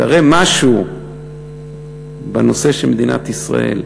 תראה משהו בנושא של מדינת ישראל,